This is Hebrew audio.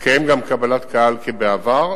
תתקיים גם קבלת קהל כבעבר.